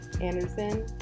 Anderson